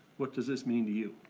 what does this mean to you?